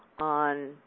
on